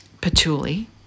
Patchouli